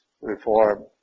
Reform